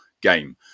game